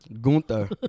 Gunther